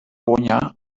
guanyar